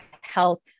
health